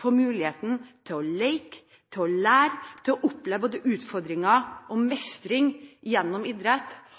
får muligheten til å leke, å lære og oppleve utfordringer og mestring gjennom idrett.